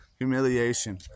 humiliation